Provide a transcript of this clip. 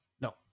no